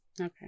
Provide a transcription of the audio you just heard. Okay